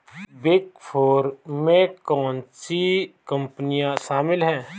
Big four में कौन सी कंपनियाँ शामिल हैं?